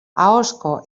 ahozko